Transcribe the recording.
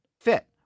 fit